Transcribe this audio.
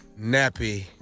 Nappy